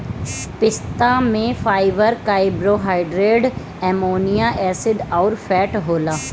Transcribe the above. पिस्ता में fibre, carbohydrate, amino acid अउरी फैट होला